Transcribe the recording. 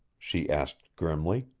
she asked grimly.